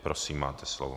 Prosím, máte slovo.